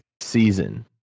season